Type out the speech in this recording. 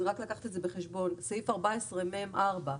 סעיף 14מ(4),